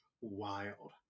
wild